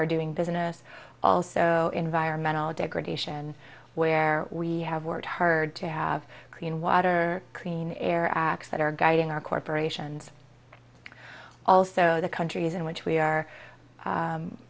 are doing business also environmental degradation where we have worked hard to have clean water clean air acts that are guiding our corporations also the countries in which we are